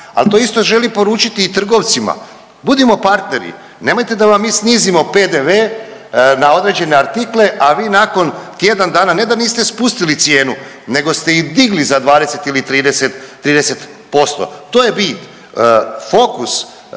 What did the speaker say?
ali to isto želi poručiti i trgovcima. Budimo partneri. Nemojte da vam mi snizimo PDV na određene artikle, a vi nakon tjedan dana ne da niste spustili cijenu, nego ste i digli za 20 ili 30 posto. To je bit. Fokus